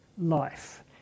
life